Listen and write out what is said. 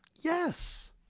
Yes